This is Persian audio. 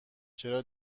چرا